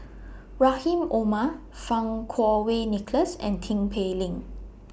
Rahim Omar Fang Kuo Wei Nicholas and Tin Pei Ling